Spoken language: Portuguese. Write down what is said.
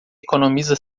economiza